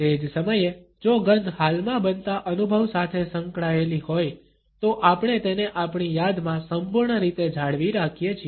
તે જ સમયે જો ગંધ હાલમાં બનતા અનુભવ સાથે સંકળાયેલી હોય તો આપણે તેને આપણી યાદમાં સંપૂર્ણ રીતે જાળવી રાખીએ છીએ